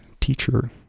teacher